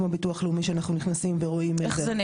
זה יוצא PDF וגם כל אחד יכול להיכנס,